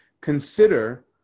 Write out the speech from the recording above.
Consider